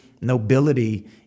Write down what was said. nobility